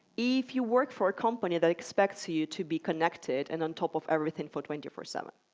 if you work for a company that expects you you to be connected and on top of everything for twenty four seven?